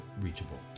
reachable